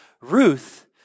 Ruth